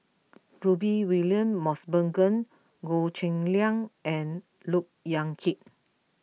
Rudy William Mosbergen Goh Cheng Liang and Look Yan Kit